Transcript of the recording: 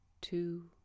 two